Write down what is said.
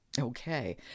Okay